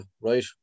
right